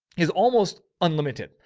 is almost unlimited.